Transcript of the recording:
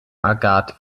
agathe